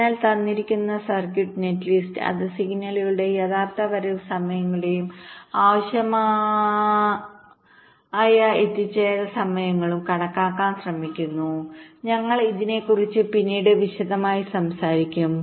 അതിനാൽ തന്നിരിക്കുന്ന circuit netlist അത് സിഗ്നലുകളുടെ യഥാർത്ഥ വരവ് സമയങ്ങളും ആവശ്യമായ എത്തിച്ചേരൽ സമയങ്ങളും കണക്കാക്കാൻ ശ്രമിക്കുന്നു ഞങ്ങൾ ഇതിനെക്കുറിച്ച് പിന്നീട് വിശദമായി സംസാരിക്കും